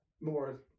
more